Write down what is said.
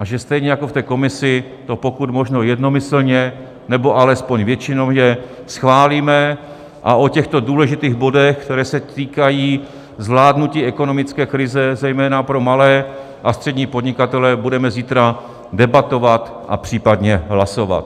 a že stejně jako v té komisi to pokud možno jednomyslně nebo alespoň většinově schválíme a o těchto důležitých bodech, které se týkají zvládnutí ekonomické krize zejména pro malé a střední podnikatele, budeme zítra debatovat a případně hlasovat.